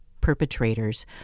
perpetrators